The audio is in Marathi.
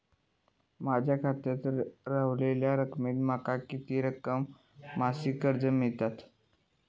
माझ्या खात्यात रव्हलेल्या रकमेवर माका किती मासिक कर्ज मिळात?